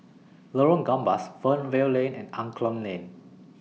Lorong Gambas Fernvale Lane and Angklong Lane